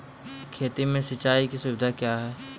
खेती में सिंचाई की सुविधा क्या है?